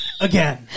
again